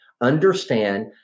understand